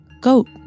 Goat